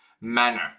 manner